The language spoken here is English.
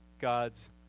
God's